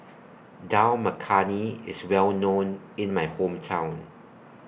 Dal Makhani IS Well known in My Hometown